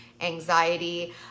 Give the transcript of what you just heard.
anxiety